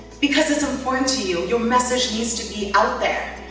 because, it's important to you. your message needs to be out there.